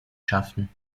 schaffen